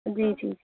जी जी